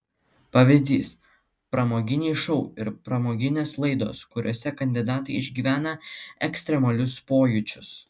pavyzdys pramoginiai šou ir pramoginės laidos kuriose kandidatai išgyvena ekstremalius pojūčius